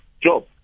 Job